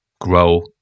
Grow